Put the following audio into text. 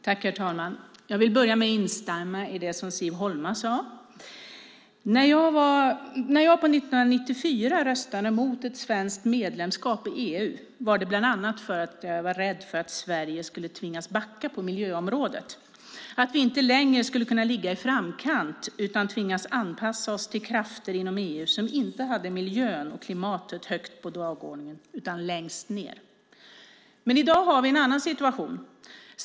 Herr talman! Jag vill börja med att instämma i det som Siv Holma sade. När jag 1994 röstade mot ett svenskt medlemskap i EU var det bland annat för att jag var rädd för att Sverige skulle tvingas backa på miljöområdet, att vi inte längre skulle kunna ligga i framkant utan tvingas anpassa oss till krafter inom EU som inte hade miljön och klimatet högt på dagordningen utan längst ned. I dag har vi en annan situation.